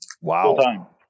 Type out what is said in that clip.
Wow